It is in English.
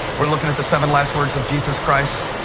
we're looking at the seven last words of jesus christ,